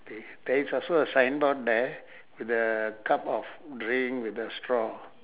K there is also a signboard there the cup of drink with the straw